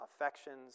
affections